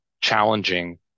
challenging